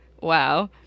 Wow